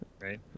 Right